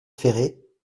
ferret